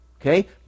Okay